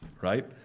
right